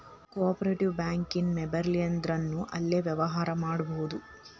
co operative bank ಇನ್ ಮೆಂಬರಿರ್ಲಿಲ್ಲಂದ್ರುನೂ ಅಲ್ಲೆ ವ್ಯವ್ಹಾರಾ ಮಾಡ್ಬೊದು